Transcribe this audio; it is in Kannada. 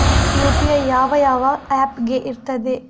ಯು.ಪಿ.ಐ ಯಾವ ಯಾವ ಆಪ್ ಗೆ ಇರ್ತದೆ?